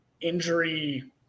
injury